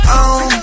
on